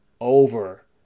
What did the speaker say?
over